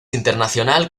internacional